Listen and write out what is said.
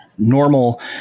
Normal